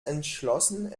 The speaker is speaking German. entschlossen